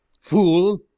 Fool